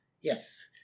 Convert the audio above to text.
Yes